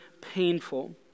painful